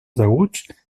deguts